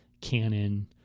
canon